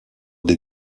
des